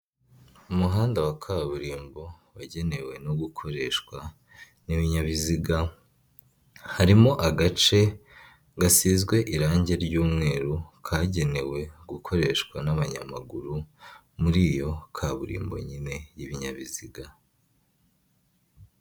Umuhanda wa kaburimbo wagenewe no gukoreshwa n'ibinyabiziga, harimo agace gasizwe irangi ry'umweru kagenewe gukoreshwa n'abanyamaguru muri iyo kaburimbo nyine y'ibinyabiziga.